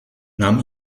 nahm